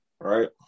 Right